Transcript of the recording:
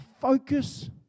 focus